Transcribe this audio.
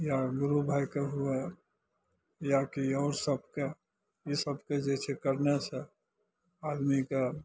या गुरुभायके होवए या की आओर सबके ईसब के जे छै करना से आदमीके